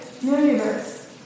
universe